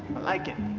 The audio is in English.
like it.